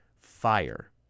fire